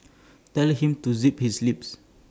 tell him to zip his lip